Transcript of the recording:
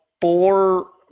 four